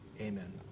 Amen